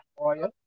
oil